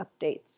updates